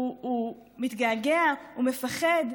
הוא מתגעגע, הוא מפחד?